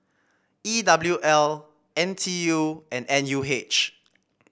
E W L N T U and N U H